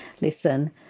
listen